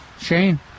shane